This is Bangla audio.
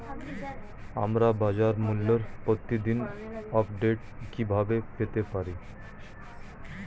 আমরা বাজারমূল্যের প্রতিদিন আপডেট কিভাবে পেতে পারি?